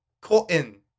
Cotton